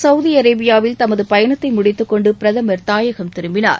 Saudi அரேபியாவில் தமது பயணத்தை முடித்துக் கொண்டு பிரதமர் தாயம் திரும்பினார்